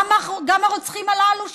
גם הרוצחים הללו שנתפסו,